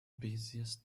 busiest